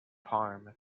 harm